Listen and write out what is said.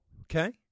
okay